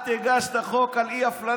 את הגשת את החוק על אי-הפללה,